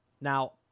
Now